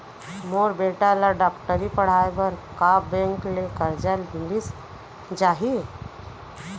मोर बेटा ल डॉक्टरी पढ़ाये बर का बैंक ले करजा मिलिस जाही?